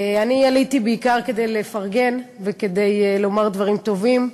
אני עליתי בעיקר כדי לפרגן וכדי לומר דברים טובים.